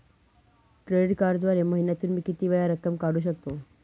Credit कार्डद्वारे महिन्यातून मी किती वेळा रक्कम काढू शकतो?